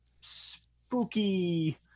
spooky